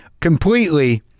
completely